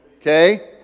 Okay